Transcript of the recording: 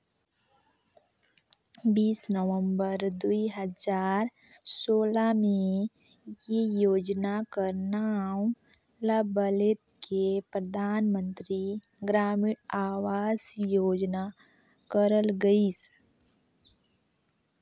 बीस नवंबर दुई हजार सोला में ए योजना कर नांव ल बलेद के परधानमंतरी ग्रामीण अवास योजना करल गइस